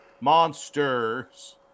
monsters